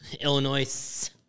Illinois